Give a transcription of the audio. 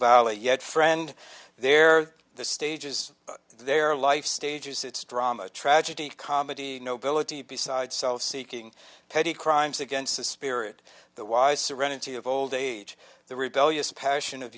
valley yet friend they're the stages of their life stages it's drama tragedy comedy nobility beside self seeking petty crimes against the spirit the wise serenity of old age the rebellious passion of